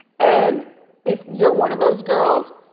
and if you're one of those girls,